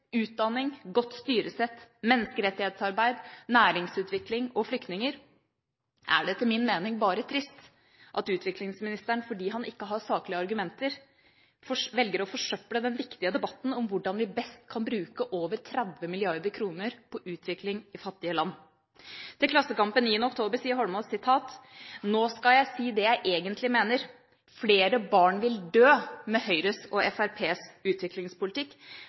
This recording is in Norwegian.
utdanning, godt styresett, menneskerettighetsarbeid, næringsutvikling og flyktninger, er det etter min mening bare trist at utviklingsministeren, fordi han ikke har saklige argumenter, velger å forsøple den viktige debatten om hvordan vi best kan bruke over 30 mrd. kr på utvikling i fattige land. Til Klassekampen den 9. oktober sa Eidsvoll Holmås: «Nå skal jeg si det jeg egentlig mener. Flere barn vil dø med Høyres og Frps utviklingspolitikk,